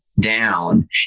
down